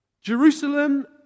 Jerusalem